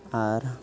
ᱟᱨ